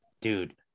dude